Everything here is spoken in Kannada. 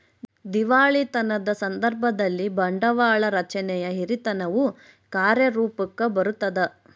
ದಿವಾಳಿತನದ ಸಂದರ್ಭದಲ್ಲಿ, ಬಂಡವಾಳ ರಚನೆಯ ಹಿರಿತನವು ಕಾರ್ಯರೂಪುಕ್ಕ ಬರತದ